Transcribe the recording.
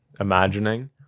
imagining